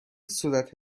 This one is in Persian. صورت